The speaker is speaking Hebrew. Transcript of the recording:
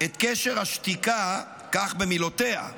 את קשר השתיקה, כך במילותיה,